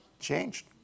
changed